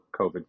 COVID